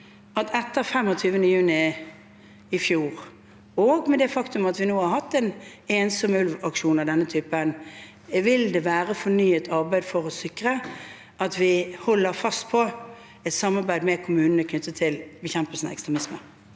at etter 25. juni i fjor, og med det faktum at vi nå har hatt en ensom ulv-aksjon av denne typen, vil det være fornyet arbeid for å sikre at vi holder fast på et samarbeid med kommunene knyttet til bekjempelse av ekstremisme?